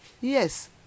yes